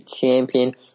champion